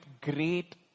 great